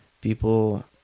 People